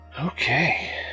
Okay